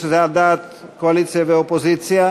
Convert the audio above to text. שזה היה על דעת הקואליציה ואופוזיציה,